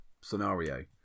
scenario